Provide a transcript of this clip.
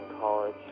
college